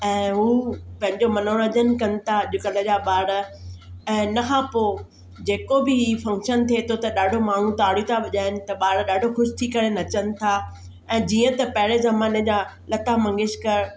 ऐं उहो पंहिंजो मनोरंजन कनि था अॼुकल्ह जा ॿार ऐं हिन खां पोइ जेको बि फ़ंक्शन थिए थो त ॾाढो माण्हू ताड़ियूं था वॼाइनि त ॿार ॾाढो ख़ुशि थी करे नचनि था ऐं जीअं त पहिरें ज़माने जा लता मंगेश्कर